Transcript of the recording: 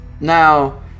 now